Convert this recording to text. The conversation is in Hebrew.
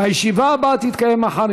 הישיבה הבאה תתקיים מחר,